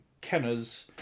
Kenner's